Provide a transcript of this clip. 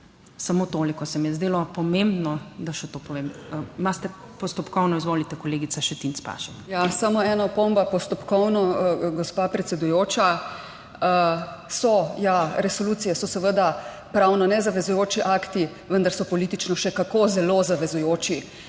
Samo toliko se mi je zdelo pomembno, da še to povem. Imate postopkovno? Izvolite kolegica Šetinc Pašek. MOJCA ŠETINC PAŠEK (NeP-MŠP): Ja, samo ena opomba postopkovno, gospa predsedujoča. So, ja, resolucije so seveda pravno nezavezujoči akti, vendar so politično še kako zelo zavezujoči.